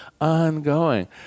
ongoing